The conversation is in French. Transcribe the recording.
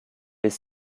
les